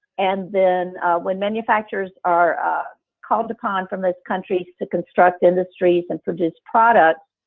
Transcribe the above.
and then when manufacturers are called upon from those countries to construct industries and produce products